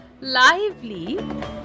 lively